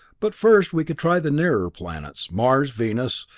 but first we could try the nearer planets mars, venus,